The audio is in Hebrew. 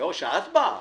לא, שאת באה.